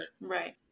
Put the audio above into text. Right